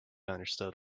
understood